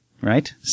right